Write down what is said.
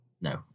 No